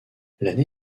l’année